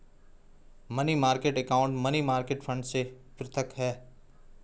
money market account money market fund से पृथक होता है